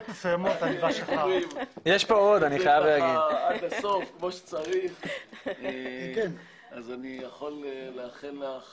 מסוימות העניבה שלך --- אני יכול לאחל לך